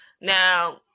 Now